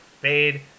fade